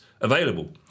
available